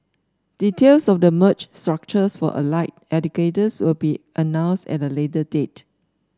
details of the merged structures for allied educators will be announced at a later date